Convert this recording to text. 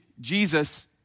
Jesus